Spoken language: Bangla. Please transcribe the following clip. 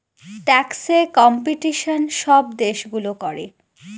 ট্যাক্সে কম্পিটিশন সব দেশগুলো করে